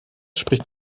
spricht